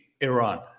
Iran